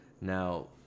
Now